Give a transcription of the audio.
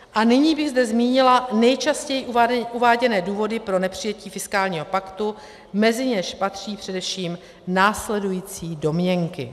A nyní bych zde zmínila nejčastěji uváděné důvody pro nepřijetí fiskálního paktu, mezi něž patří především následující domněnky.